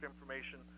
information